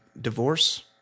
divorce